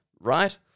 right